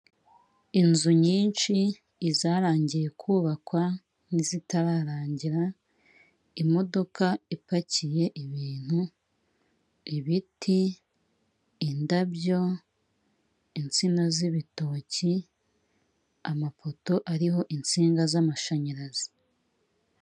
Inzu nyinshi, izarangiye kubakwa n'izitararangira, imodoka ipakiye ibintu, ibiti, indabyo, insina z'ibitoki, amapoto ariho insinga z'amashanyarazi.